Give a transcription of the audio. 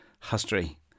history